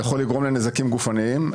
יכול לגרום לנזקים גופניים.